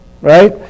Right